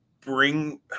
bring